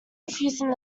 refusing